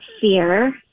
fear